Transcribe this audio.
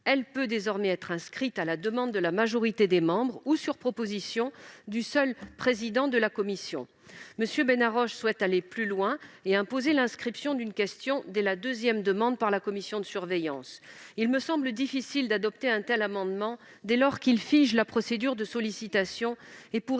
elle peut désormais être inscrite à la demande de la majorité des membres ou sur proposition du seul président de la commission. M. Benarroche souhaite aller plus loin et imposer l'inscription d'une question dès la deuxième demande par la commission de surveillance. Il me semble difficile d'adopter un tel amendement, dès lors que celui-ci tend à figer la procédure de sollicitation